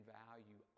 value